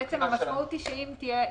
המשמעות היא שאם יהיה